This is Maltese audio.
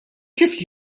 kif